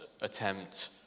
attempt